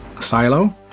silo